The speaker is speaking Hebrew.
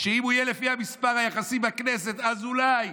שאם הוא יהיה לפי המספר היחסי בכנסת, אז אולי